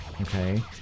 okay